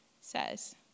says